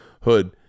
hood